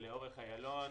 לאורך איילון.